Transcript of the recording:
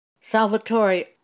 Salvatore